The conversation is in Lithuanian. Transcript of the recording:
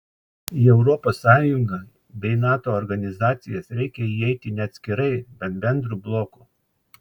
į europos sąjungą bei nato organizacijas reikia įeiti ne atskirai bet bendru bloku